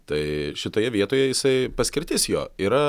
tai šitoje vietoje jisai paskirtis jo yra